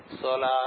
solar